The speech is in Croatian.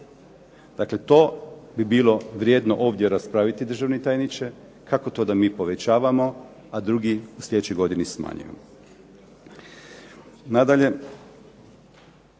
Dakle to bi bilo vrijedno ovdje raspraviti državni tajniče kako to da mi povećavamo, a drugi u sljedećoj godini smanjuju. Nadalje,